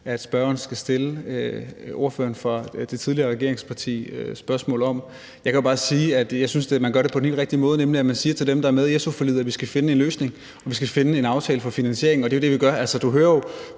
spørgeren skal stille ordføreren for det tidligere regeringsparti et spørgsmål om. Jeg kan bare sige, at jeg synes, at man gør det på den helt rigtige måde, nemlig at man siger til dem, der er med: Vi skal finde en løsning, og vi skal finde en aftale for finansieringen. Og det er jo det, vi gør. Altså, du hører jo